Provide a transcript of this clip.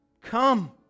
Come